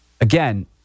Again